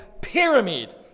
pyramid